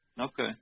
Okay